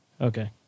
Okay